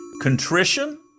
Contrition